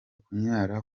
kunyara